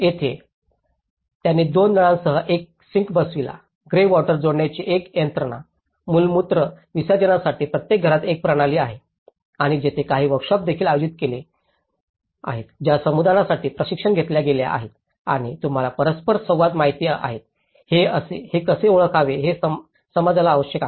येथे त्यांनी दोन नळांसह एक सिंक बसविला ग्रे वॉटर जोडण्याची एक यंत्रणा मलमूत्र विसर्जनासाठी प्रत्येक घरात एक प्रणाली आणि तेथे काही वोर्कशॉप देखील आयोजित केल्या गेल्या आहेत ज्या समुदायासाठी प्रशिक्षण घेतल्या गेल्या आहेत आणि तुम्हाला परस्पर संवाद माहित आहेत हे कसे ओळखावे हे समाजाला आवश्यक आहे